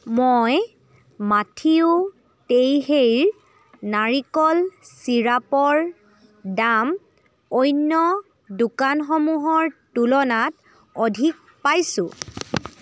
মই মাঠিউ টেইসেইৰ নাৰিকল চিৰাপৰ দাম অন্য দোকানসমূহৰ তুলনাত অধিক পাইছোঁ